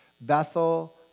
Bethel